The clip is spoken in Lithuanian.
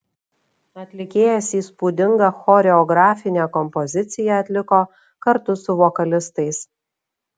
atlikėjas įspūdingą choreografinę kompoziciją atliko kartu su vokalistais